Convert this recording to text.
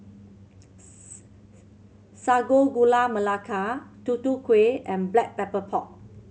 Sago Gula Melaka Tutu Kueh and Black Pepper Pork